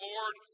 Lord